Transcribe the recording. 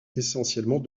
essentiellement